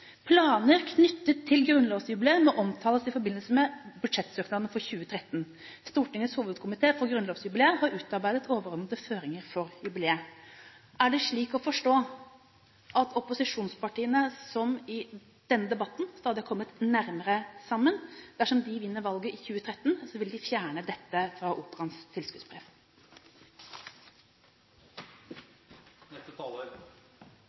Planer knyttet til grunnlovsjubileet må omtales i forbindelse med budsjettsøknaden for 2013. Stortingets hovedkomité for grunnlovsjubileet har utarbeidet overordnede føringer for jubileet.» Er det slik å forstå at opposisjonspartiene – som i denne debatten stadig har kommet nærmere sammen – dersom de vinner valget i 2013, vil fjerne dette fra